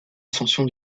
ascension